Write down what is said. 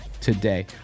today